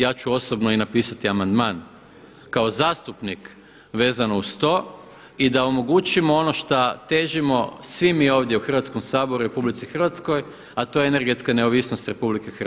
Ja ću osobno i napisati amandman kao zastupnik vezano uz to i da omogućimo ono šta težimo svi mi ovdje u Hrvatskom saboru i RH, a to je energetska neovisnost RH.